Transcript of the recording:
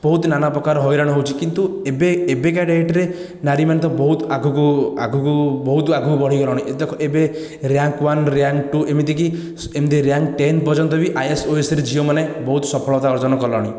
ବହୁତ ନାନା ପ୍ରକାର ହଇରାଣ ହେଉଛି କିନ୍ତୁ ଏବେ ଏବେକା ଡେଟରେ ନାରୀମାନେ ତ ବହୁତ ଆଗକୁ ଆଗକୁ ବହୁତ ଆଗକୁ ବଢ଼ିଗଲେଣି ଦେଖ ଏବେ ରାଙ୍କ୍ ୱାନ ରାଙ୍କ୍ ଟୁ ଏମିତିକି ଏମିତିକି ରାଙ୍କ୍ ଟେନ୍ ପର୍ଯ୍ୟନ୍ତ ବି ଆଇଏଏସ ଓଏଏସରେ ଝିଅମାନେ ବହୁତ ସଫଳତା ଅର୍ଜନ କଲେଣି